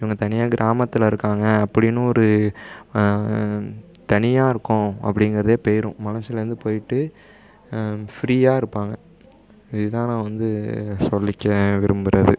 இவங்க தனியாக கிராமத்தில் இருக்காங்க அப்படினு ஒரு தனியாக இருக்கோம் அப்படிங்கறதே போயிரும் மனசில் இருந்து போயிட்டு ஃப்ரீயாக இருப்பாங்கள் இது தான் நான் வந்து சொல்லிக்க விரும்புகிறது